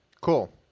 Cool